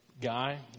guy